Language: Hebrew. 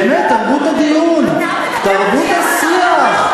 באמת, תרבות הדיון, תרבות השיח.